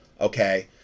okay